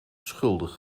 schuldig